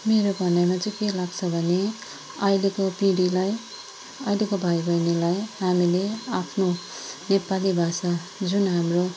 मेरो भनाइमा चाहिँ के लाग्छ भने अहिलेको पिँढीलाई अहिलेको भाइ बहिनीलाई हामीले आफ्नो नेपाली भाषा जुन हाम्रो